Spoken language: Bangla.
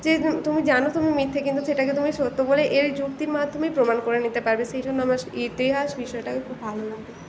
যে তু তুমি জানো তুমি মিথ্যে কিন্তু সেটাকে তুমি সত্য বলে এর যুক্তির মাধ্যমে প্রমাণ করে নিতে পারবে সেই জন্য আমার ইতিহাস বিষয়টাকে খুব ভালো লাগে